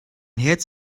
herz